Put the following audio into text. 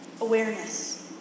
awareness